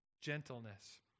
gentleness